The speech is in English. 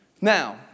Now